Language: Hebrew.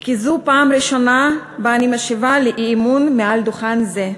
כי זו הפעם הראשונה שאני משיבה על אי-אמון מעל דוכן זה,